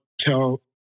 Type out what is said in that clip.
tell